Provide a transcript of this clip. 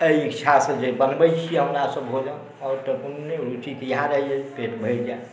एहि इच्छासॅं जे बनबै छी हमरासब भोजन आओर ते कोनो नहि रुचि तँ इएह रहैया जे पेट भरि जाय